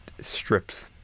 strips